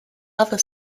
other